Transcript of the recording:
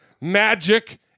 magic